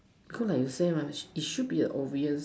cause like you say it should be obvious